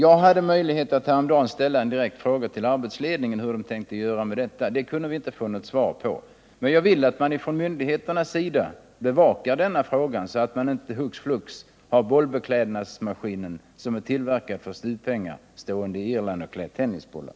Jag hade möjlighet att häromdagen ställa en direkt fråga till arbetsledningen, hur man tänkte göra med detta. Det kunde jag inte få något svar på. Men jag vill att myndigheterna bevakar denna fråga, så att man inte hux flux har bollbeklädnadsmaskinen, som är tillverkad för STU-pengar, stående i Irland för att där klä tennisbollar.